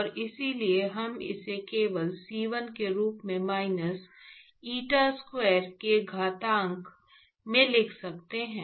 और इसलिए हम इसे केवल C1 के रूप में माइनस eta स्क्वायर के घातांक में लिख सकते हैं